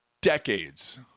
decades